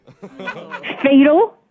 Fatal